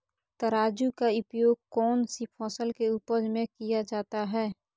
तराजू का उपयोग कौन सी फसल के उपज में किया जाता है?